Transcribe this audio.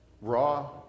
raw